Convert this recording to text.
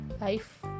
life